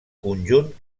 conjunt